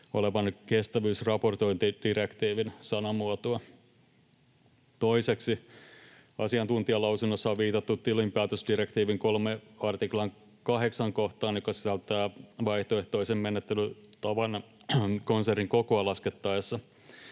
olevan kestävyysraportointidirektiivin sanamuotoa. Toiseksi: Asiantuntijalausunnossa on viitattu tilinpäätösdirektiivin 3 artiklan 8 kohtaan, joka sisältää vaihtoehtoisen menettelytavan konsernin kokoa laskettaessa.